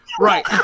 right